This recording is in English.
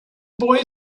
boy